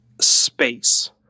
space